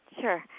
Sure